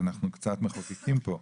אנחנו קצת --- פה.